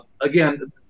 again